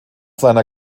seiner